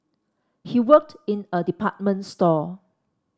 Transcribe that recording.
he worked in a department store